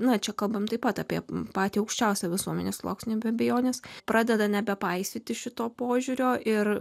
na čia kalbame taip pat apie patį aukščiausią visuomenės sluoksnį be abejonės pradeda nebepaisyti šito požiūrio ir